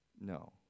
No